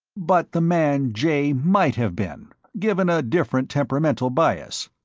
but the man jay might have been, given a different temperamental bias.